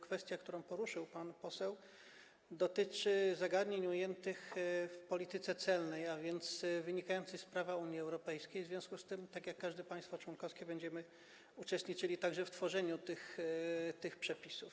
Kwestia, którą poruszył pan poseł, dotyczy zagadnień ujętych w polityce celnej, a więc wynikających z prawa Unii Europejskiej, w związku z tym, tak jak każde państwo członkowskie, będziemy uczestniczyli w tworzeniu także tych przepisów.